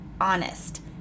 honest